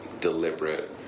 deliberate